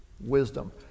wisdom